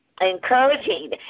encouraging